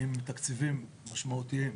עם תקציבים משמעותיים.